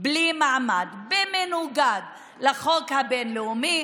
בלי מעמד, במנוגד לחוק הבין-לאומי,